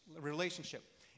relationship